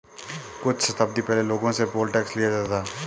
कुछ शताब्दी पहले लोगों से पोल टैक्स लिया जाता था